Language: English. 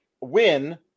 win